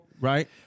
Right